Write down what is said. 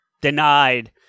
Denied